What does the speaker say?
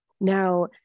Now